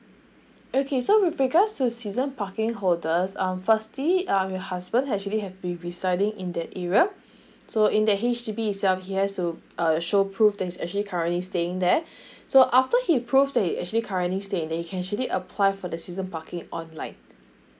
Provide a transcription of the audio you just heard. okay so with regards to season parking holders um firstly um your husband actually have be residing in that area so in that H_D_B itself he has to err show prove that he's actually currently staying there so after he proved that he actually currently stay in there he can actually apply for the season parking online